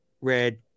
Red